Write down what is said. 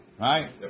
right